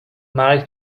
مرگ